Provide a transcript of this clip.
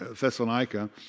Thessalonica